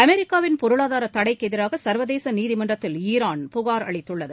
அமெரிக்காவின் பொருளாதார தடைக்கு எதிராக சர்வதேச நீதிமன்றத்தில் ஈரான் புகார் அளித்துள்ளது